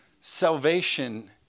Salvation